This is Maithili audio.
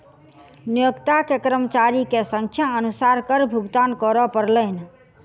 नियोक्ता के कर्मचारी के संख्या अनुसार कर भुगतान करअ पड़लैन